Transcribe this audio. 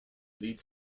leads